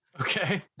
Okay